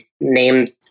named